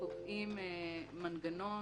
קובעים מנגנון